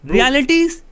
Realities